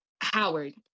Howard